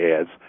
ads